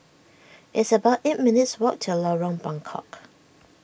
it's about eight minutes' walk to Lorong Buangkok